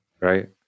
right